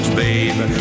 babe